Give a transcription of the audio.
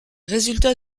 résultats